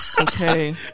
Okay